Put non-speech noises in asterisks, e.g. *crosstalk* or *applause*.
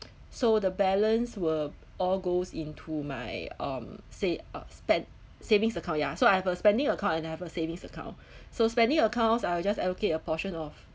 *noise* so the balance will all goes into my um sa~ uh spent savings account ya so I have a spending account and I have a savings account *breath* so spending accounts I'll just allocate a portion of